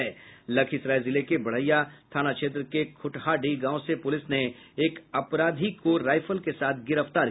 लखीसराय जिले के बड़हिया थाना क्षेत्र के ख्रटहाडीह गांव से पुलिस ने एक अपराधी को राइफल के साथ गिरफ्तार किया है